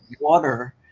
water